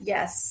Yes